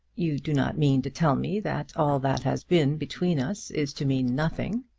you do not mean to tell me that all that has been between us is to mean nothing.